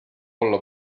olla